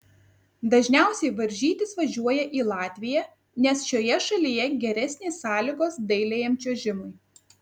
dažniausiai varžytis važiuoja į latviją nes šioje šalyje geresnės sąlygos dailiajam čiuožimui